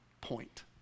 point